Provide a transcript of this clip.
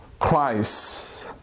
Christ